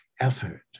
effort